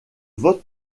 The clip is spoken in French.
vote